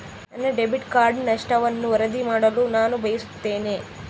ನನ್ನ debit card ನಷ್ಟವನ್ನು ವರದಿ ಮಾಡಲು ನಾನು ಬಯಸುತ್ತೇನೆ